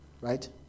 Right